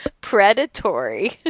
Predatory